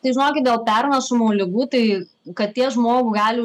tai žinokit dėl pernešamų ligų tai katė žmogų gali